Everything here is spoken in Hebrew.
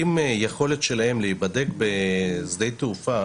אם היכולת שלהם להיבדק בשדה התעופה